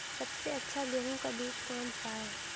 सबसे अच्छा गेहूँ का बीज कौन सा है?